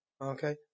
Okay